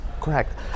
Correct